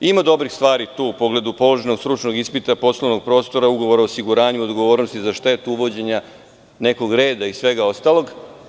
Ima dobrih stvari tu, u pogledu položenog stručnog ispita, poslovnog prostora, ugovora o osiguranju, odgovornosti za štetu, uvođenja nekog reda i svega ostalog.